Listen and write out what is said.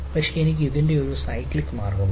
പക്ഷേ എനിക്ക് ഇതിന്റെ ഒരു സൈക്ലിക് മാർഗമുണ്ട്